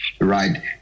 right